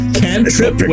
cantrip